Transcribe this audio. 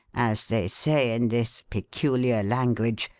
as they say in this peculiar language.